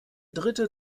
dritte